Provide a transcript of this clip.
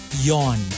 yawn